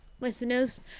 listeners